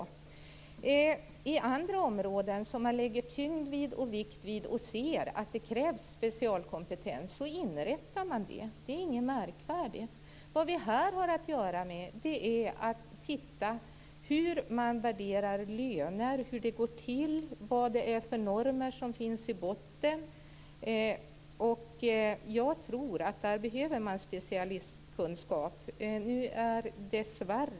På andra områden som man lägger tyngd och vikt vid och där man ser att det krävs specialkompetens inrättar man detta. Det är inte något märkvärdigt. Vad vi här har att göra med är att titta på hur man värderar löner, hur det går till och vilka normer som finns i botten. Jag tror att det behövs specialistkunskap där.